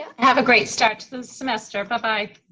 and have a great start to the semester, but bye